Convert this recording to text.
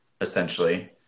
essentially